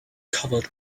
covered